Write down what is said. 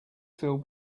filled